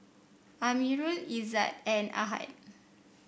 Amirul Izzat and Ahad